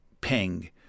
ping